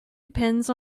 depends